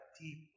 deep